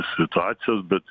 situacijos bet